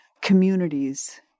communities